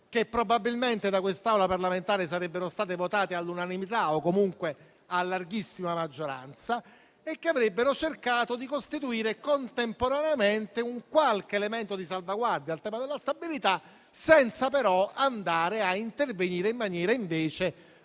che probabilmente da quest'Aula parlamentare sarebbero state votate all'unanimità o comunque a larghissima maggioranza e che avrebbero cercato di costituire contemporaneamente un elemento di salvaguardia al tema della stabilità, senza però intervenire in maniera così